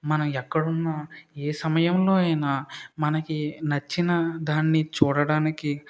మనం ఎక్కడున్నా ఏ సమయంలో అయినా మనకి నచ్చిన దాన్ని చూడడానికి